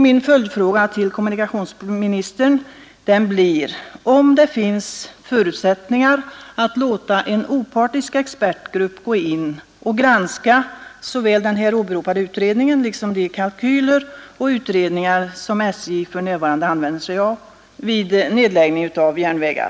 Min följdfråga till kommunikationsministern blir om det finns förutsättningar för att låta en opartisk expertgrupp gå in och granska såväl den här åberopade utredningen som de kalkyler och utredningar som §J för närvarande använder sig av vid nedläggningar av järnvägar.